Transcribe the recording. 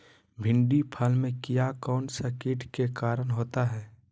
भिंडी फल में किया कौन सा किट के कारण होता है?